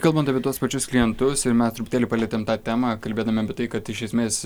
kalbant apie tuos pačius klientus ir mes truputėlį palietėm tą temą kalbėdami apie tai kad iš esmės